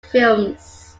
films